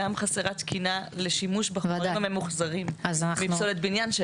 חסרה תקינה לשימוש בחומרים הממוחזרים מפסולת בניין.